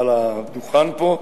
על הדוכן פה.